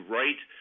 right